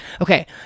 Okay